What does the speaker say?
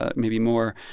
ah maybe more.